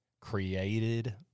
created